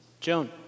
Joan